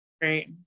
great